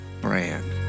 brand